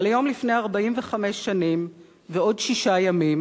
אבל היום לפני 45 שנים ועוד שישה ימים